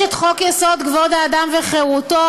יש חוק-יסוד: כבוד האדם וחירותו.